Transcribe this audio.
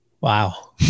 wow